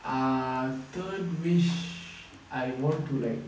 err third wish I want to like